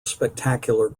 spectacular